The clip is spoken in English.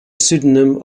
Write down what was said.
pseudonym